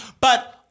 But-